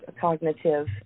cognitive